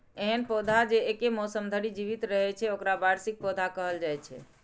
एहन पौधा जे एके मौसम धरि जीवित रहै छै, ओकरा वार्षिक पौधा कहल जाइ छै